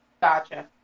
Gotcha